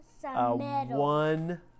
one